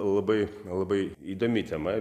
labai labai įdomi tema